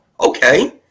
Okay